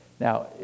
Now